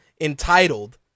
entitled